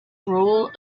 rule